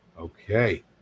Okay